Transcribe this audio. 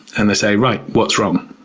and they say, right, what's wrong?